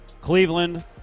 Cleveland